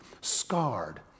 scarred